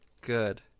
good